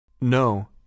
No